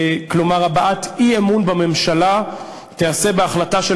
כלומר הבעת אי-אמון בממשלה תיעשה בהחלטה של